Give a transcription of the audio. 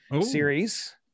series